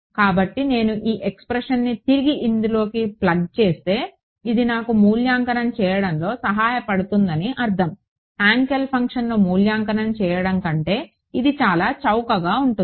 కాబట్టి నేను ఈ ఎక్స్ప్రెషన్ని తిరిగి ఇందులోకి ప్లగ్ చేస్తే ఇది నాకు మూల్యాంకనం చేయడంలో సహాయపడుతుందని అర్థం హాంకెల్ ఫంక్షన్ను మూల్యాంకనం చేయడం కంటే ఇది చాలా చౌకగా ఉంటుంది